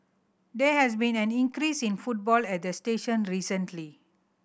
there has been an increase in footfall at the station recently